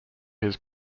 his